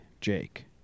Jake